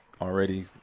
already